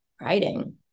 writing